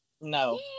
No